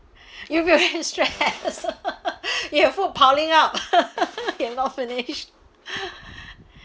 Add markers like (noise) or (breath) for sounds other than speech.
(breath) you make me stressed (laughs) you have food piling up (laughs) you're not finished (breath)